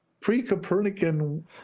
pre-Copernican